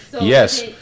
Yes